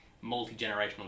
multi-generational